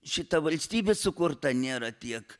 šita valstybė sukurta nėra tiek